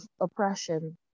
oppression